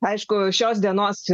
aišku šios dienos